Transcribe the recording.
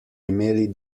imeli